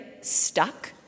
stuck